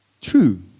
true